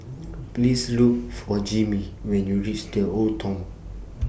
Please Look For Jimmie when YOU REACH The Old Thong